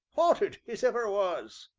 haunted as ever was!